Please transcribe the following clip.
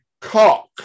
cock